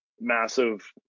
massive